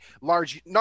large